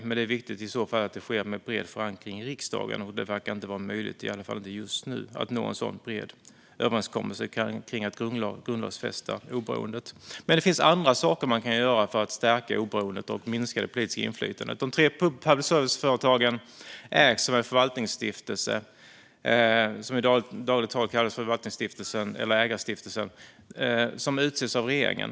Men det är viktigt att det i så fall sker med bred förankring i riksdagen, och det verkar inte vara möjligt, i alla fall inte just nu, att nå en sådan bred överenskommelse kring att grundlagsfästa oberoendet. Men det finns andra saker man kan göra för att stärka oberoendet och minska det politiska inflytandet. De tre public service-företagen ägs av en förvaltningsstiftelse som i dagligt tal kallas förvaltningsstiftelsen eller ägarstiftelsen och som utses av regeringen.